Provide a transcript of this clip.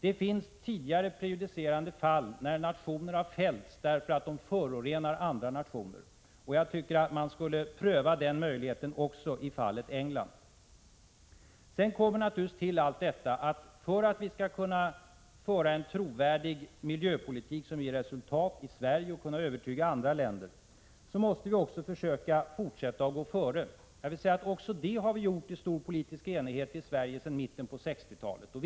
Det finns tidigare prejudicerande fall där nationer har blivit fällda därför att de förorenar andra nationer. Jag tycker att man skall pröva den möjligheten också i fallet England. Sedan tillkommer naturligtvis att vi — för att vi skall kunna föra en trovärdig regeringspolitik, som ger resultat i Sverige och som kan övertyga andra länder — måste försöka fortsätta att gå före. Också det har vi gjort i mycket stor politisk enighet i Sverige sedan mitten på 1960-talet.